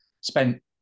spent